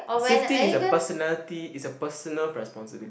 safety is a personality is a personal responsibility